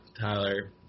Tyler